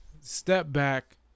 Step-back